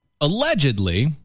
allegedly